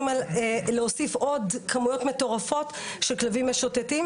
על להוסיף עוד כמויות מטורפות של כלבים משוטטים